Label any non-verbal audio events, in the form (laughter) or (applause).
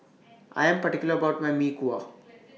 I Am particular about My Mee Kuah (noise)